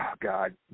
God